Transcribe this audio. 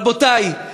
רבותי,